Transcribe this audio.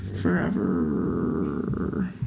forever